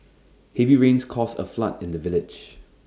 heavy rains caused A flood in the village